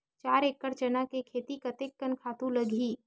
चार एकड़ चना के खेती कतेकन खातु लगही?